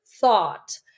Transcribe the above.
thought